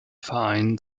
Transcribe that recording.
verein